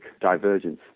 divergence